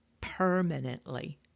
Permanently